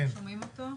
כן.